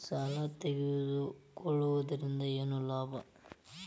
ಸಾಲ ತಗೊಳ್ಳುವುದರಿಂದ ಏನ್ ಲಾಭ?